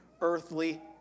earthly